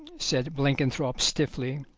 said blenkinthrope stiffly